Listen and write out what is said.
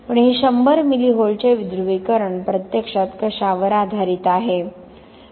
पण हे 100 मिली व्होल्टचे विध्रुवीकरण प्रत्यक्षात कशावर आधारित आहे